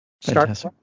Start